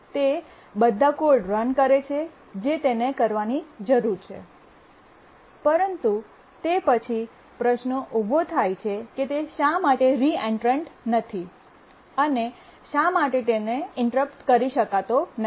તે બધા code run કરે છે જે તેને કરવાની જરૂર છે પરંતુ તે પછી પ્રશ્ન ઉભો થાય છે કે તે શા માટે રીએન્ટ્રેન્ટ નથી અને શા માટે તેને ઇન્ટરપ્ટ કરી શકાતો નથી